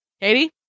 Katie